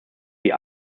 wie